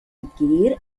adquirir